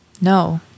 No